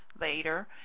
later